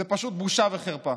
זו פשוט בושה וחרפה.